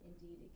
Indeed